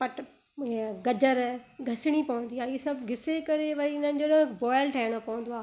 पट ए गजरूं घसिणी पवंदी आहे इहा सभु घिसे करे भई इन्हनि जो न बॉल ठाहिणो पवंदो आहे